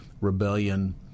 rebellion